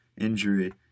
injury